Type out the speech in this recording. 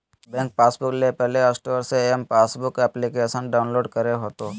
bank passbook ले play store से m passbook application download करे होतो